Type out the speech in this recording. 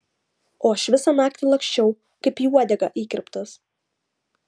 o aš visą naktį laksčiau kaip į uodegą įkirptas